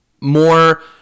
more